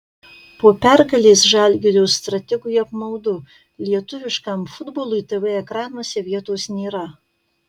po pergalės žalgirio strategui apmaudu lietuviškam futbolui tv ekranuose vietos nėra